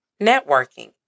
networking